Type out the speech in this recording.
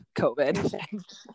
COVID